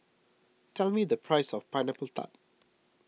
tell me the price of Pineapple Tart